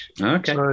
Okay